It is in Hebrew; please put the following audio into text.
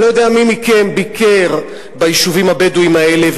אני לא יודע מי מכם ביקר ביישובים הבדואיים האלה,